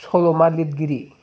सल'मा लिरगिरि